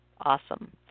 Awesome